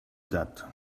that